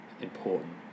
important